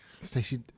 Stacey